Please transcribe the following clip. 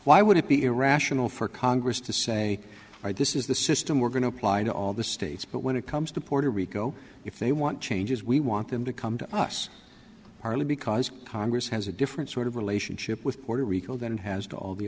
why would it be irrational for congress to say this is the system we're going to apply to all the states but when it comes to puerto rico if they want changes we want them to come to us arlie because congress has a different sort of relationship with puerto rico than has to all the